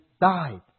died